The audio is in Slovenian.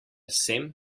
sem